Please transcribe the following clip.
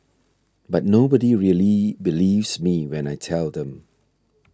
but nobody really believes me when I tell them